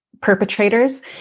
Perpetrators